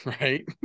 right